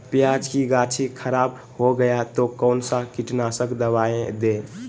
प्याज की गाछी खराब हो गया तो कौन सा कीटनाशक दवाएं दे?